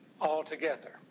altogether